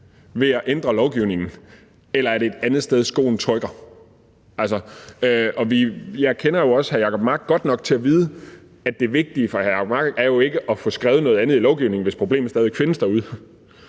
ved at ændre lovgivningen, eller er det et andet sted, skoen trykker? Jeg kender jo hr. Jacob Mark godt nok til at vide, at det vigtige for hr. Jacob Mark jo ikke er at få skrevet noget andet i lovgivningen, hvis problemet stadig væk findes derude.